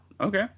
Okay